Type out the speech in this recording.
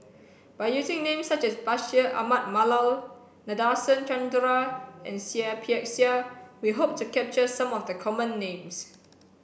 by using names such as Bashir Ahmad Mallal Nadasen Chandra and Seah Peck Seah we hope to capture some of the common names